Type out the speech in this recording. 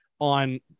on